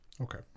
Okay